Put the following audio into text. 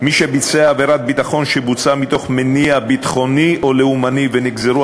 מי שביצע עבירת ביטחון שבוצעה מתוך מניע ביטחוני או לאומני ונגזרו